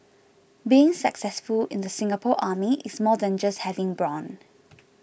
being successful in the Singapore Army is more than just having brawn